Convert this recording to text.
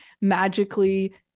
magically